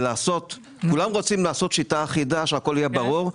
כולם רוצים לעשות שיטה אחידה, שהכל יהיה ברור.